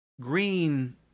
green